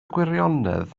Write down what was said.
gwirionedd